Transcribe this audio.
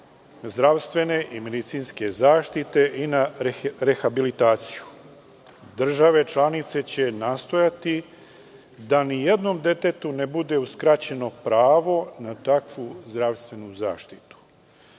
zdravstvene i medicinske zaštite i na rehabilitaciju. Države članice će nastojati da nijednom detetu ne bude uskraćeno pravo na takvu zdravstvenu zaštitu.U